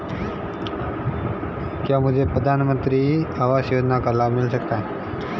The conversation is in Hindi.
क्या मुझे प्रधानमंत्री आवास योजना का लाभ मिल सकता है?